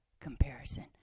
comparison